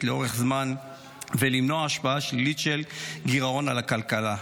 לאורך זמן ולמנוע השפעה שלילית של גירעון על הכלכלה.